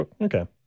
Okay